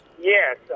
Yes